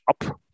up